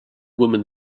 woman